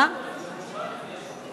ל-250,000 תושבים.